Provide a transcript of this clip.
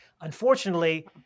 Unfortunately